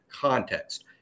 context